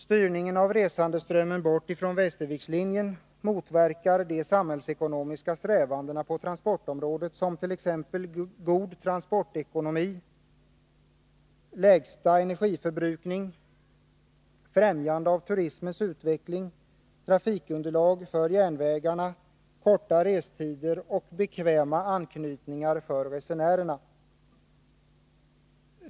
Styrningen av resandeströmmen bort från Västervikslinjen motverkar de samhällsekonomiska strävandena på transportområdet, t.ex. god transportekonomi, lägsta energiförbrukning, främjande av turismens utveckling, trafikunderlag för järnvägarna, korta restider och bekväma anknytningar för resenärerna.